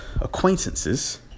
acquaintances